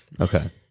Okay